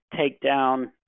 takedown